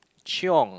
chiong